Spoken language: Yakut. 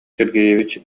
сергеевич